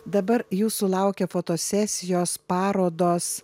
dabar jūsų laukia fotosesijos parodos